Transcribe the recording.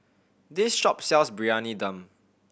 this shop sells Briyani Dum